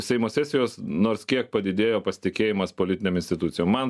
seimo sesijos nors kiek padidėjo pasitikėjimas politinėm institucijom man